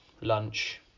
lunch